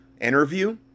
interview